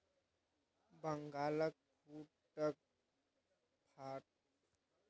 बंगालक बूटक फुटहा कतेक फोकगर होए छै